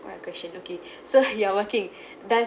what question okay so you are working does